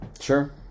Sure